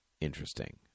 interesting